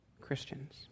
Christians